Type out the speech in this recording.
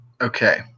Okay